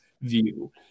view